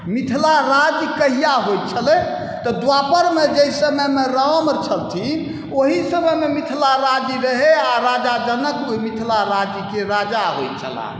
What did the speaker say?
मिथिला राज्य कहिआ होइत छलै द्वापरमे जाहि समयमे राम छलखिन ओहि समयमे मिथिला राज्य रहै आओर राजा जनक ओहि मिथिला राज्यके राजा होइ छलाह